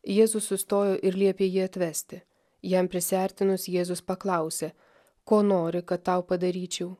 jėzus sustojo ir liepė jį atvesti jam prisiartinus jėzus paklausė ko nori kad tau padaryčiau